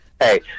hey